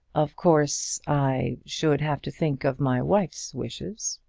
of course i should have to think of my wife's wishes.